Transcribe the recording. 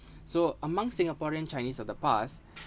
so among singaporean chinese of the past